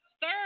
Third